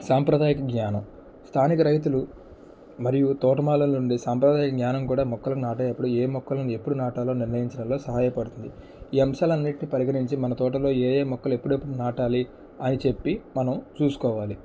సాంప్రదాయక జ్ఞానం స్థానిక రైతులు మరియు తోటమాలీలు ఉండే సాంప్రదాయ జ్ఞానం కూడా మొక్కలు నాటేటప్పుడు ఏ మొక్కలను ఎప్పుడు నాటాలో నిర్ణయించడంలో సహాయపడుతుంది ఈ అంశాలన్నింటినీ పరిగణించి మన తోటలో ఏ ఏ మొక్కలను ఎప్పుడెప్పుడు నాటాలి అని చెప్పి మనం చూసుకోవాలి